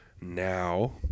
now